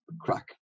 crack